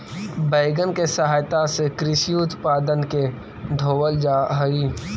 wagon के सहायता से कृषि उत्पादन के ढोवल जा हई